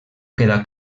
queda